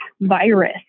virus